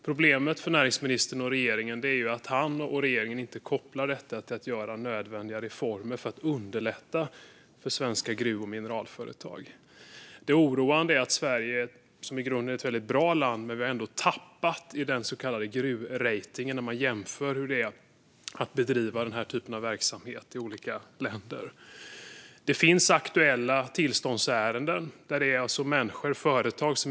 Problemet för näringsministern och regeringen är dock att han och regeringen inte kopplar detta till att göra nödvändiga reformer för att underlätta för svenska gruv och mineralföretag. Det oroande är att Sverige, som i grunden är ett bra land, har tappat i den så kallade gruvratingen där man jämför hur det är att bedriva denna typ av verksamhet i olika länder. Det finns aktuella tillståndsärenden där företag som vill investera pengar.